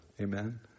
Amen